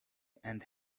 and